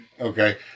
Okay